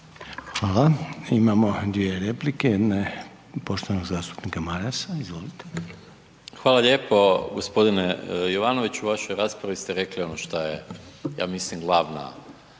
Hvala. Imamo dvije replika. Jedna je poštovanog zastupnika Marasa, izvolite. **Maras, Gordan (SDP)** Hvala lijepo g. Jovanoviću. U vašoj raspravi ste rekli ono što je, ja mislim, glavna